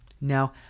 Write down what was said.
Now